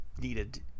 needed